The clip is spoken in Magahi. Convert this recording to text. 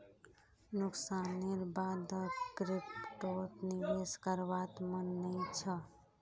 नुकसानेर बा द क्रिप्टोत निवेश करवार मन नइ छ